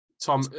Tom